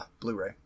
Blu-ray